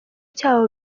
cyabo